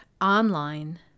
online –